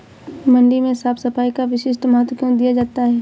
मंडी में साफ सफाई का विशेष महत्व क्यो दिया जाता है?